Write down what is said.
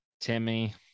Timmy